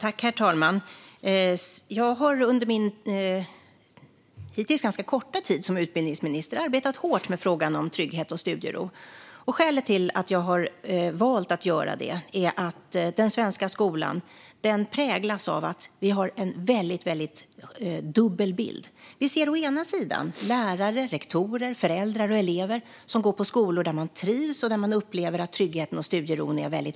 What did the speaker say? Herr talman! Jag har under min hittills ganska korta tid som utbildningsminister arbetat hårt med frågan om trygghet och studiero. Skälet till att jag har valt att göra det är att den svenska skolan präglas av en dubbel bild. Vi ser å ena sidan lärare, rektorer, föräldrar och elever som går på skolor där de trivs och där de upplever att tryggheten och studieron är bra.